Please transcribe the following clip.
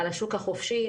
על השוק החופשי,